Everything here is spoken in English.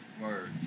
Word